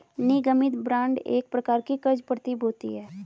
निगमित बांड एक प्रकार की क़र्ज़ प्रतिभूति है